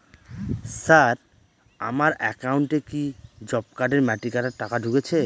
Sir আমার একাউন্টে কি জব কার্ডের মাটি কাটার টাকা ঢুকেছে?